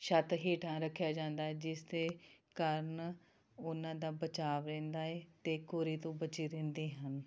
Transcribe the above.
ਛੱਤ ਹੇਠਾਂ ਰੱਖਿਆ ਜਾਂਦਾ ਜਿਸਦੇ ਕਾਰਨ ਉਹਨਾਂ ਦਾ ਬਚਾਅ ਰਹਿੰਦਾ ਹੈ ਅਤੇ ਕੋਹਰੇ ਤੋਂ ਬਚੇ ਰਹਿੰਦੇ ਹਨ